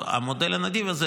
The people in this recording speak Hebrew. המודל הנדיב הזה,